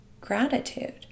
gratitude